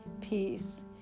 peace